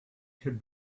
could